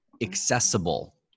accessible